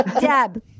Deb